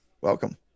Welcome